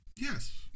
Yes